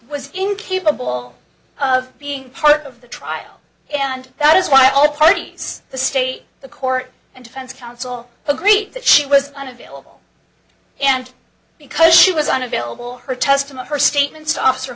was incapable of being part of the trial and that is why all parties the state the court and defense counsel agreed that she was unavailable and because she was unavailable her testimony her statements to officer